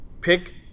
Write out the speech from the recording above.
Pick